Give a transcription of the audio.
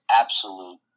absolute